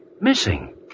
Missing